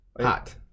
Hot